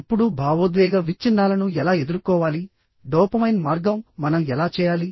ఇప్పుడు భావోద్వేగ విచ్ఛిన్నాలను ఎలా ఎదుర్కోవాలి డోపమైన్ మార్గం మనం ఎలా చేయాలి